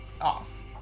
off